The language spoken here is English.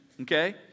okay